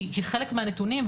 כי חלק מהנתונים,